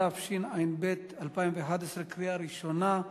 התשע"ב 2011, קריאה ראשונה.